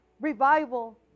revival